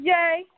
Yay